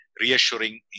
reassuring